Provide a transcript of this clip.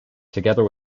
together